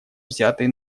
взятые